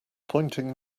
pointing